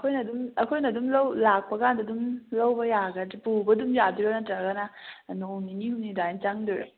ꯑꯩꯈꯣꯏꯅ ꯑꯗꯨꯝ ꯂꯧ ꯂꯥꯛꯄ ꯀꯥꯟꯗ ꯑꯗꯨꯝ ꯂꯧꯕ ꯌꯥꯒꯗ꯭ꯔꯥ ꯄꯨꯕ ꯑꯗꯨꯝ ꯌꯥꯗꯣꯏꯔꯥ ꯅꯠꯇ꯭ꯔꯒꯅ ꯅꯣꯡ ꯅꯤꯅꯤ ꯍꯨꯝꯅꯤ ꯑꯗꯨꯃꯥꯏꯅ ꯆꯪꯗꯣꯏꯔꯣ